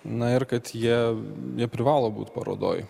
na ir kad jie jie privalo būt parodoj